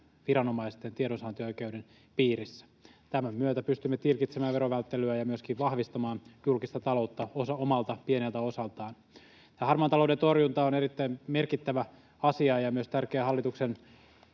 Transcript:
viranomaisten tiedonsaantioikeuden piirissä. Tämän myötä pystymme tilkitsemään verovälttelyä ja myöskin vahvistamaan julkista taloutta omalta pieneltä osaltaan. Harmaan talouden torjunta on erittäin merkittävä asia ja myös tärkeä hallitusohjelmankin